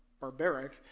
barbaric